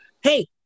Hey